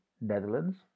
Netherlands